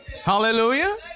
Hallelujah